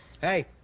Hey